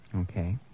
Okay